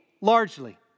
largely